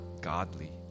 godly